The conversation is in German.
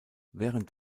während